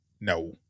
No